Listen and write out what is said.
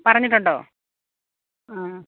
പറഞ്ഞിട്ടുണ്ടോ ആ